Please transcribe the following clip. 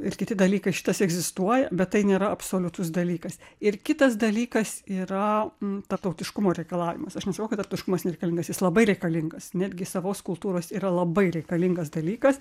ir kiti dalykai šitas egzistuoja bet tai nėra absoliutus dalykas ir kitas dalykas yra tarptautiškumo reikalavimas aš nesakau kad tarptautiškumas nereikalingas jis labai reikalingas netgi savos kultūros yra labai reikalingas dalykas